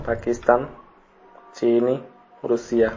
Pakistan China Russia